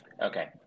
Okay